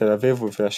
בתל אביב ובאשקלון.